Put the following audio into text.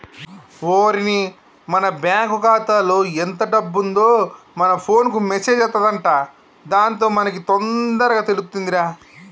ఓరిని మన బ్యాంకు ఖాతాలో ఎంత డబ్బు ఉందో మన ఫోన్ కు మెసేజ్ అత్తదంట దాంతో మనకి తొందరగా తెలుతుందిరా